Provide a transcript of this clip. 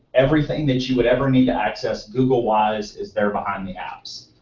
everything that you would ever need to access googlewise is there behind the apps.